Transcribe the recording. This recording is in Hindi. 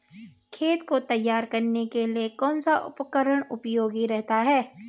खेत को तैयार करने के लिए कौन सा उपकरण उपयोगी रहता है?